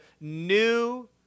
new